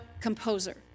composer